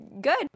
good